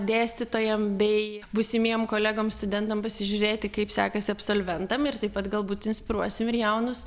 dėstytojam bei būsimiem kolegom studentam pasižiūrėti kaip sekasi absolventam ir taip pat galbūt inspiruosim ir jaunus